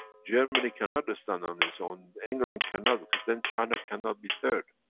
germany cannot stand on his own, england cannot, because then china cannot be third.